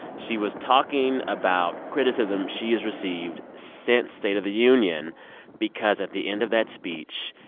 she was talking about criticism she has received since state of the union because at the end of that speech,